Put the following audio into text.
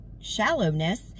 shallowness